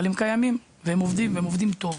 אבל הם קיימים והם עובדים, ועובדים טוב.